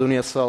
אדוני השר,